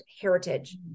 heritage